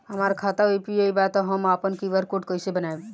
हमार खाता यू.पी.आई बा त हम आपन क्यू.आर कोड कैसे बनाई?